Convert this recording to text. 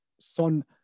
Son